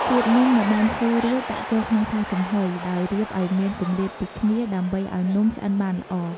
រៀបនំដែលបានធ្វើរួចដាក់ចូលក្នុងថាសចំហុយ ដោយរៀបឲ្យមានគម្លាតពីគ្នា ដើម្បីឲ្យនំឆ្អិនបានល្អ។